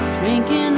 drinking